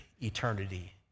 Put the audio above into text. eternity